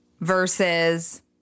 versus